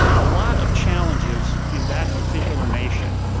a lot of challenges in that particular nation,